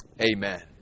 Amen